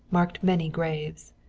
marked many graves.